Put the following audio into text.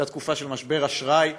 הייתה תקופה של משבר אשראי,